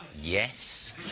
Yes